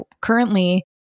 currently